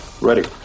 Ready